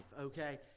okay